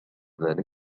ذلك